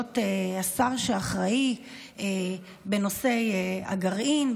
להיות השר שאחראי בנושאי הגרעין.